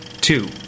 two